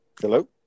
hello